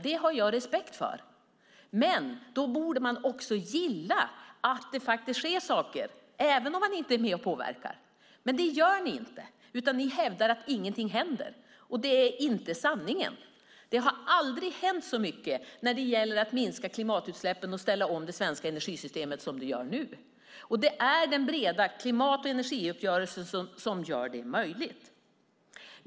Men man borde gilla att det händer saker, även om man inte är med och påverkar. Det gör ni inte; ni hävdar att ingenting händer. Det är inte sant. Det har aldrig hänt så mycket som nu när det gäller att minska klimatutsläppen och ställa om det svenska energisystemet. Det är den breda klimat och energiuppgörelsen som gör det möjligt.